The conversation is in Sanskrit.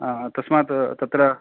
तस्मात् तत्र